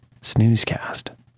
snoozecast